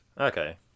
Okay